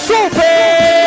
Super